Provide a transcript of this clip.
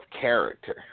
character